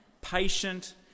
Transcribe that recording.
patient